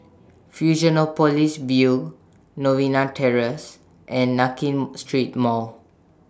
Fusionopolis View Novena Terrace and Nankin Street Mall